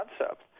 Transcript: concept